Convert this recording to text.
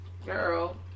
Girl